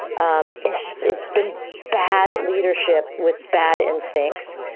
um it's it's been bad leadership with bad instincts.